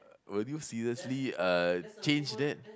will you seriously uh change that